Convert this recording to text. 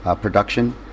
production